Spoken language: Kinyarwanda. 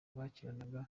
bakinaga